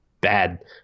Bad